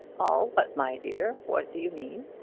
all what, my dear? what do you mean?